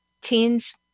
teens